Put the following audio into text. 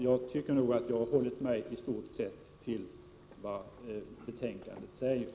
Jag tycker att jag har hållit mig i stort sett till vad betänkandet säger.